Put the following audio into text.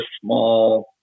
small